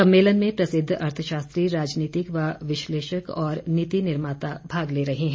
सम्मेलन में प्रसिद्व अर्थशास्त्री राजनीतिक व विश्लेषक और नीति निर्माता भाग ले रहे हैं